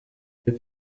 ibyo